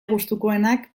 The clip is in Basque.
gustukoenak